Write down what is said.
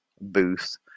booth